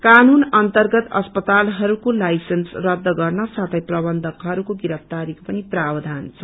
कानुनअन्तरगत अस्पतालहरूको लाइसेन्स रुद्ध गर्न साथै प्रवन्धकहरूको गिरफ्तारीको पनि प्रावधान छ